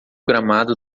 gramado